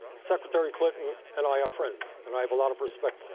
secretary clinton and i are friends, and i have a lot of respect for her,